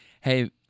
hey